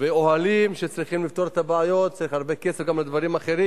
במוצאי שבת תהיה הפגנה עוד הרבה יותר גדולה.